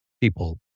people